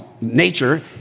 nature